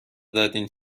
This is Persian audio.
دادین